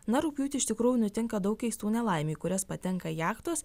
na rugpjūtį iš tikrųjų nutinka daug keistų nelaimių į kurias patenka jachtos